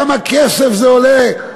כמה כסף זה עולה,